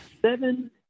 seven